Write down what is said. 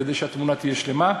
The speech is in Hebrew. כדי שהתמונה תהיה שלמה,